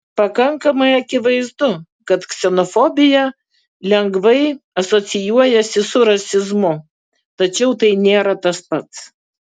pakankamai akivaizdu kad ksenofobija lengvai asocijuojasi su rasizmu tačiau tai nėra tas pats